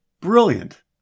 Brilliant